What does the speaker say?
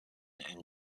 and